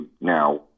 now